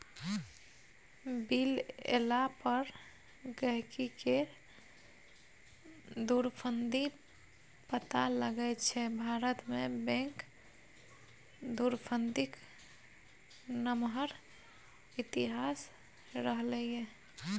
bill एला पर गहिंकीकेँ धुरफंदी पता लगै छै भारतमे बैंक धुरफंदीक नमहर इतिहास रहलै यै